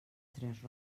tres